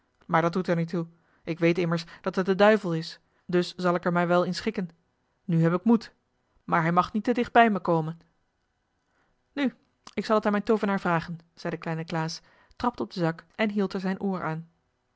maar dat doet er niet toe ik weet immers dat het de duivel is dus zal ik er mij wel in schikken nu heb ik moed maar hij mag niet te dicht bij mij komen nu ik zal het aan mijn toovenaar vragen zei de kleine klaas trapte op den zak en hield er zijn oor aan